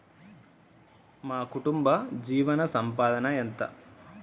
మా కుటుంబ జీవన సంపాదన ఎంత?